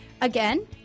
Again